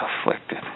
afflicted